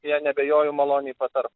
jie neabejoju maloniai patars